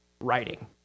writing